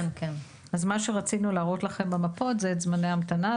אז מה שרצינו להראות לכם במפות זה את זמני ההמתנה.